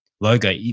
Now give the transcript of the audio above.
logo